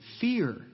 fear